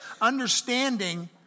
Understanding